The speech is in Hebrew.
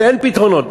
ואין פתרונות,